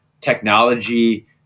technology